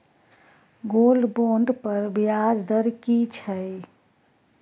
Gold bond पर ब्याज दर की छै?